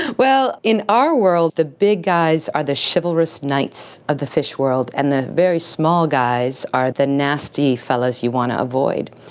well, in our world the big guys are the chivalrous knights of the fish world, and the very small guys are the nasty fellows you want to avoid.